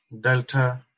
Delta